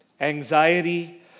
Anxiety